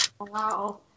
Wow